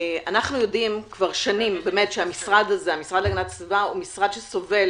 אנחנו יודעים כבר שנים שהמשרד להגנת הסביבה הוא משרד שסובל